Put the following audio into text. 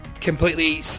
completely